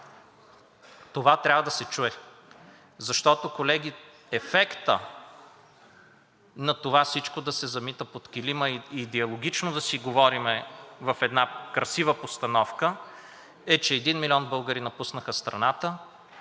това трябва да се чуе. Защото, колеги, ефектът на това всичко да се замита под килима, идеологично да си говорим в една красива постановка, е, че един милион българи напуснаха страната